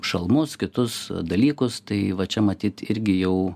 šalmus kitus dalykus tai va čia matyt irgi jau